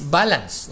balance